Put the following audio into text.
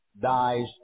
dies